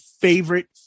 favorite